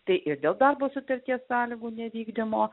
tai ir dėl darbo sutarties sąlygų nevykdymo